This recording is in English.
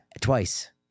twice